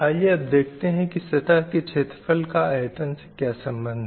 आइए अब देखते हैं की सतह के छेत्रफल का आयतन से क्या सम्बंध है